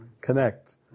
connect